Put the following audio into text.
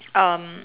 um